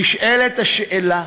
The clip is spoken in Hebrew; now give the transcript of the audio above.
נשאלת השאלה: